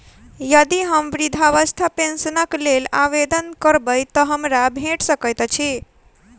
यदि हम वृद्धावस्था पेंशनक लेल आवेदन करबै तऽ हमरा भेट सकैत अछि?